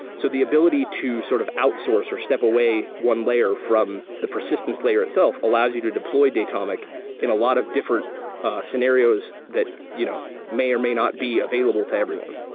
so the ability to sort of outsource or step away one layer from the persistence layer itself allows you to deploy datomic in a lot of different scenarios that you know may or may not be available to everyone